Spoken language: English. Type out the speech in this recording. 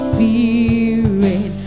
Spirit